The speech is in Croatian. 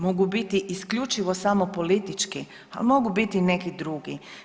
Mogu biti isključivo samo politički, a mogu biti i neki drugi.